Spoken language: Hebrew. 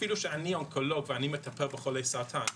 אפילו שאני אונקולוג ומטפל בחולי סרטן,